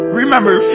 remember